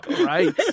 Right